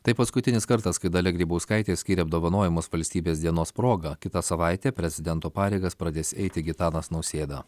tai paskutinis kartas kai dalia grybauskaitė skyrė apdovanojimus valstybės dienos proga kitą savaitę prezidento pareigas pradės eiti gitanas nausėda